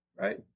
Right